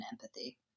empathy